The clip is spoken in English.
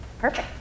Perfect